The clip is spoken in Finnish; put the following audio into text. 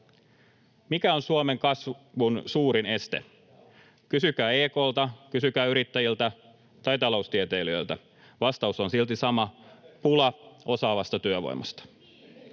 Mikä on Suomen kasvun suurin este? Kysykää EK:lta, kysykää yrittäjiltä tai taloustieteilijöiltä. Vastaus on silti sama: pula osaavasta työvoimasta.